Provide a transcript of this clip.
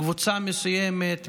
מקבוצה מסוימת,